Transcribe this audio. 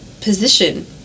position